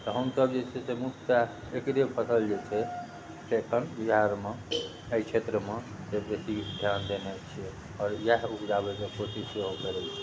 तऽ हमसब जे छै से मुख्यतः एकरे फसल जे छै से एखन बिहारमे एहि क्षेत्रमे बेसी धिआन देने छिए आओर इएह उपजाबैके कोशिश सेहो करै छिए